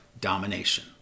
domination